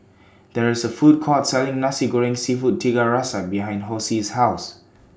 There IS A Food Court Selling Nasi Goreng Seafood Tiga Rasa behind Hosie's House